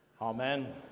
Amen